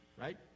right